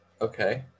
Okay